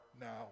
now